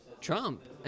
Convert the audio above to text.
Trump